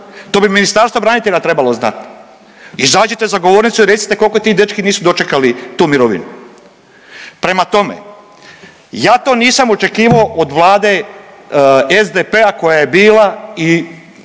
To bi Ministarstvo branitelja trebalo znati. Izađite za govornicu i recite koliko je tih dečki nisu dočekali tu mirovinu. Prema tome, ja to nisam očekivao od vlade SDP-a koja je bila i